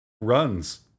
runs